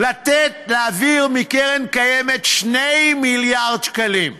לתת להעביר מקרן קיימת 2 מיליארד שקלים,